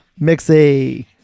Mixy